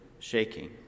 Shaking